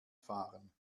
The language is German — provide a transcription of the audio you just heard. fahren